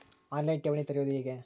On line ಠೇವಣಿ ತೆರೆಯುವುದು ಹೇಗೆ?